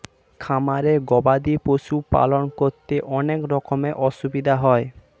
খামারে গবাদি পশুর পালন করতে অনেক রকমের অসুবিধা হয়